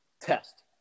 test